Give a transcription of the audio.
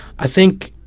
i think